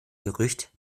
gerücht